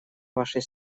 вашей